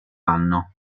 anno